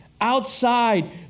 outside